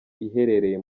iherereye